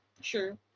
Sure